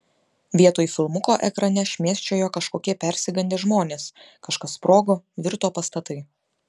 vietoj filmuko ekrane šmėsčiojo kažkokie persigandę žmonės kažkas sprogo virto pastatai